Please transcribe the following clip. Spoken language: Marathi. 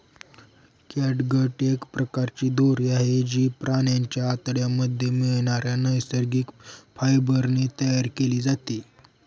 कॅटगट एक प्रकारची दोरी आहे, जी प्राण्यांच्या आतड्यांमध्ये मिळणाऱ्या नैसर्गिक फायबर ने तयार केली जाते